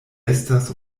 estas